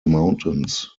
mountains